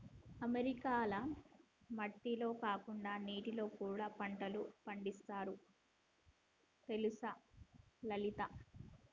అమెరికాల మట్టిల కాకుండా నీటిలో కూడా పంటలు పండిస్తారు తెలుసా లలిత